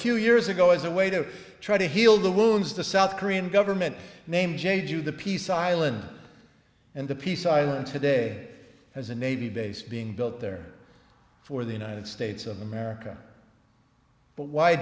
few years ago as a way to try to heal the wounds of the south korean government name change you the peace island and the peace island today as a navy base being built there for the united states of america